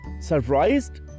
Surprised